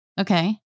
Okay